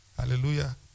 Hallelujah